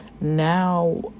now